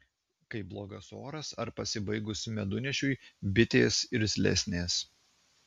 kai blogas oras ar pasibaigus medunešiui bitės irzlesnės